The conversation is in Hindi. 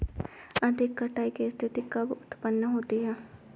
अधिक कटाई की स्थिति कब उतपन्न होती है?